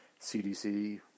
CDC